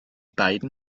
beiden